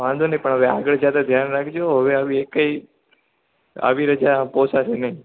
વાંધો નય પણ અવે આગળ જતાં ધ્યાન રાખજો હવે આવી એક ય આવી રજા પોસાસે નય